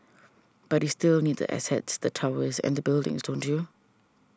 but you still need the assets the towers and the buildings don't you